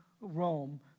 Rome